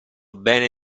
bene